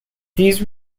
these